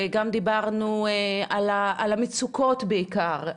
גם דיברנו על המצוקות בעיקר,